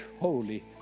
Holy